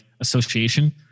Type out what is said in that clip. association